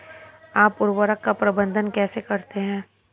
आप उर्वरक का प्रबंधन कैसे करते हैं?